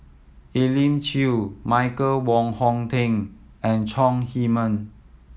Elim Chew Michael Wong Hong Teng and Chong Heman